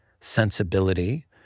Sensibility